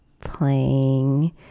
playing